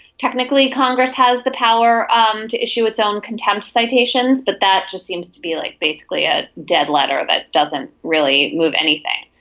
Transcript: technically congress has the power um to issue its own contempt citations but that just seems to be like basically a dead letter that doesn't really move anything.